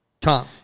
Tom